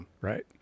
Right